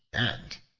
and,